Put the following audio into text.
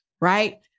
right